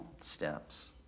steps